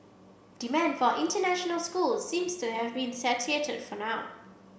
demand for international schools seems to have been for now